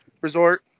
resort